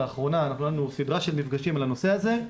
לאחרונה אנחנו ניהלנו סדרה של מפגשים על הנושא הזה.